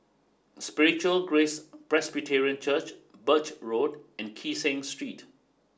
Spiritual Grace Presbyterian Church Birch Road and Kee Seng Street